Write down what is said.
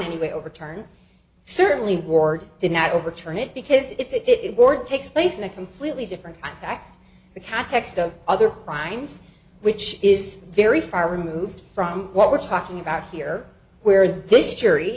any way overturn certainly ward did not overturn it because it takes place in a completely different context the context of other crimes which is very far removed from what we're talking about here where this jury